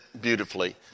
beautifully